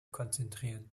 konzentrieren